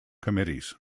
committees